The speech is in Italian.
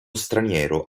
straniero